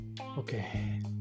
okay